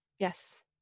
Yes